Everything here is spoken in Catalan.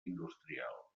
industrial